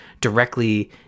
directly